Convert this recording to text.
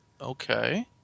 Okay